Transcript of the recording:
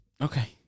Okay